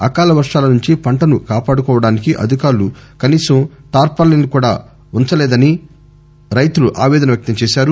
అకాల వర్షాల నుంచి పంటను కాపాడుకోవడానికి అధికారులు కనీసం టార్పాలీన్ లను కూడా ఉంచలేదని ఆ రైతులు ఆపేదన వ్యక్తం చేశారు